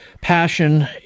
passion